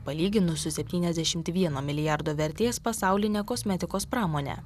palyginus su septyniasdšmt vieno milijardo vertės pasauline kosmetikos pramone